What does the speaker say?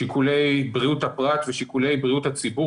שיקולי בריאות הפרט ושיקולי בריאות הציבור